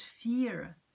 fear